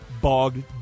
bogged